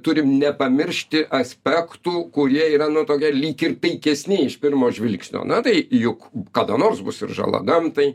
turim nepamiršti aspektų kurie yra nu tokie lyg ir taikesni iš pirmo žvilgsnio na tai juk kada nors bus ir žala gamtai